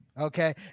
okay